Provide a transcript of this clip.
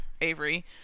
Avery